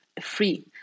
free